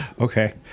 Okay